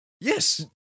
Yes